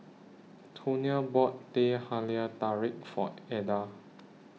Tonia bought Teh Halia Tarik For Eda